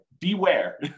beware